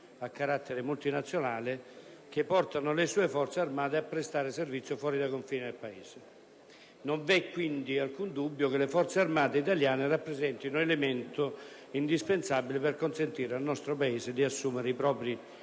a carattere multinazionale che portano le sue Forze armate a prestare servizio fuori dai confini del Paese. Non vi è, quindi, alcun dubbio che le Forze armate italiane rappresentino un elemento indispensabile per consentire all'Italia di assumere i propri impegni